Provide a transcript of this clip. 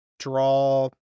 draw